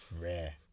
rare